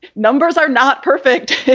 numbers are not perfect.